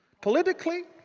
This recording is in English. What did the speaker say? politically,